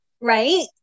Right